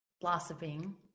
blossoming